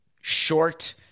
short